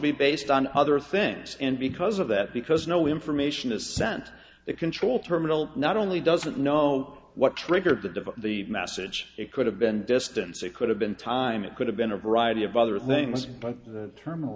be based on other things and because of that because no information is sent that control terminal not only doesn't know what triggered the device the message it could have been distance it could have been time it could have been a variety of other things but the turm